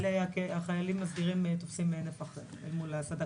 החיילים הסדירים תופסים נפח אל מול שיעורם